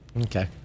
Okay